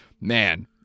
man